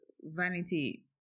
vanity